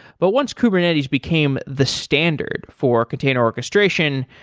but once kubernetes became the standard for container orchestration,